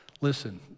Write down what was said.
listen